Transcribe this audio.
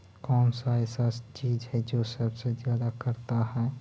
कौन सा ऐसा चीज है जो सबसे ज्यादा करता है?